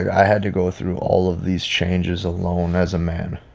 i had to go through all of these changes alone as a man.